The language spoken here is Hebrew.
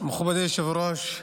מכובדי היושב-ראש,